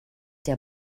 der